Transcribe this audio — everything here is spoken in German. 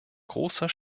großer